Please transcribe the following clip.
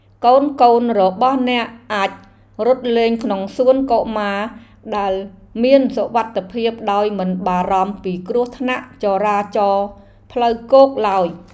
កូនៗរបស់អ្នកអាចរត់លេងក្នុងសួនកុមារដែលមានសុវត្ថិភាពដោយមិនបារម្ភពីគ្រោះថ្នាក់ចរាចរណ៍ផ្លូវគោកឡើយ។